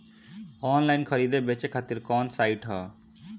Online खरीदे बेचे खातिर कवन साइड ह?